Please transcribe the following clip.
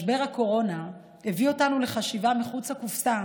משבר הקורונה הביא אותנו לחשיבה מחוץ לקופסה